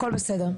הכל בסדר.